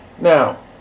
Now